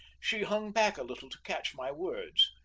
she hung back a little to catch my words.